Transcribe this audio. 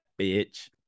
bitch